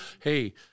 hey